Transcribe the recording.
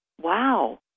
Wow